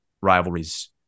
rivalries